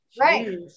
Right